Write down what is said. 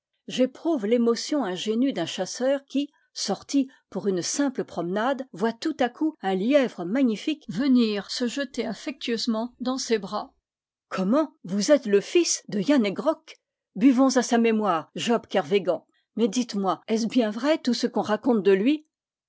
ingé nue d'un chasseur qui sorti pour une simple promenade voit tout à coup un lièvre magnifique venir se jeter affec tueusement dans ses bras comment vous êtes le fils de yann he grok buvons à sa mémoire job kervégan mais dites-moi est-ce bien vrai tout ce qu'on raconte de lui